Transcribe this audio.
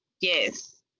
Yes